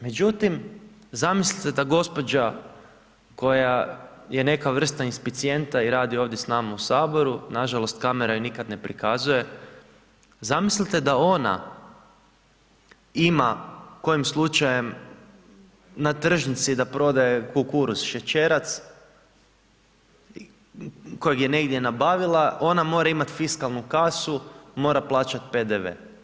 Međutim, zamislite da gospođa koja je neka vrsta inspicijenta i radi ovdje s nama u Saboru, nažalost kamera ju nikad ne prikazuje, zamislite da ona ima kojim slučajem na tržnici da prodaje kukuruz šećerac kojeg je negdje nabavila ona mora imati fiskalnu kasu, mora plaćati PDV.